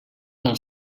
del